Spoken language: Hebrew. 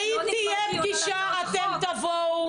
ואם תהיה פגישה אתן תבואו.